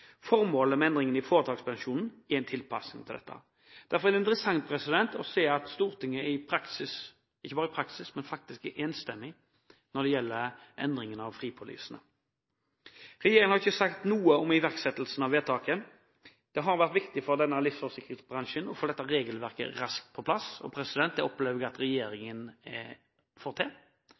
Formålet med endringene i foretakspensjonen er en tilpasning til dette. Derfor er det interessant å se at Stortinget i praksis – ikke bare i praksis, men faktisk – er enstemmig når det gjelder endringen av fripolisene. Regjeringen har ikke sagt noe om iverksettelsen av vedtaket. Det har vært viktig for livsforsikringsbransjen å få dette regelverket raskt på plass, og det opplever vi at regjeringen får til.